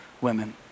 women